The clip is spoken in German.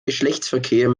geschlechtsverkehr